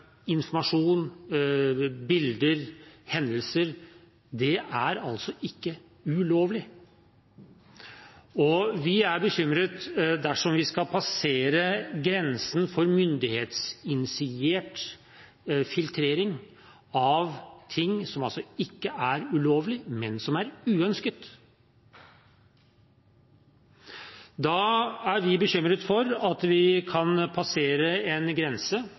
informasjon, bilder og hendelser ikke ulovlig. Vi er bekymret dersom vi skal passere grensen for myndighetsinitiert filtrering av noe som altså ikke er ulovlig, men som er uønsket. Vi er bekymret for at vi kan passere en grense